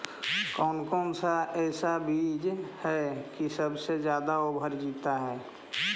कौन सा ऐसा बीज है की सबसे ज्यादा ओवर जीता है?